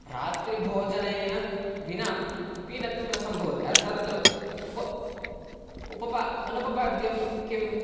रात्रिभोजनेन विना पीनत्वं न सम्भवति अर्थात् अत्र उप उपपा अनुपपाद्यं किं